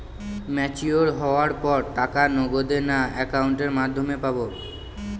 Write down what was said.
Mature হওয়ার পর টাকা নগদে না অ্যাকাউন্টের মাধ্যমে পাবো?